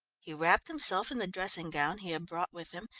he wrapped himself in the dressing gown he had brought with him,